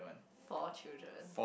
for a children